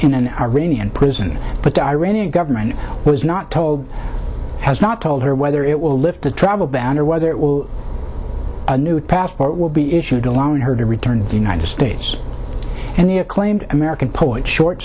in an iranian prison but the iranian government was not told has not told her whether it will lift the travel ban or whether it will new passport will be issued along her to return to the united states and the acclaimed american poet short